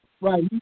Right